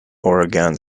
oregon